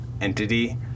entity